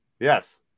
Yes